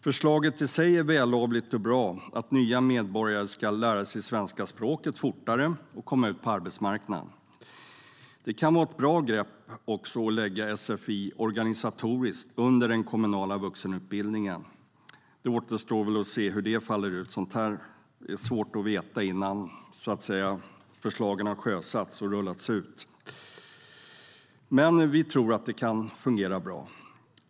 Förslaget i sig är vällovligt och bra: att nya medborgare ska lära sig svenska språket fortare och komma ut på arbetsmarknaden. Det kan vara ett bra grepp att organisatoriskt lägga sfi under den kommunala vuxenutbildningen. Det återstår väl att se hur det faller ut. Sådant här är svårt att veta innan förslagen har sjösatts. Men vi tror att det kan fungera bra.